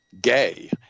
gay